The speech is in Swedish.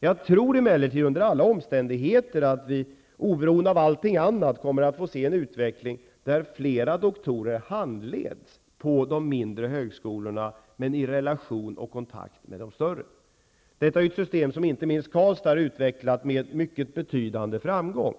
Oberoende av allting annat tror jag att vi under alla omständigheter kommer att få se en utveckling, där flera doktorer handleds på de mindre högskolorna i relation och kontakt med de större. Detta är ett system som inte minst högskolan i Karlstad har utvecklat med betydande framgång.